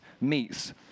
meets